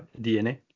DNA